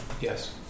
Yes